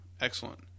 Excellent